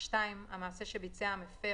המעשה שביצע המפר,